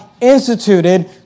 instituted